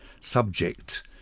subject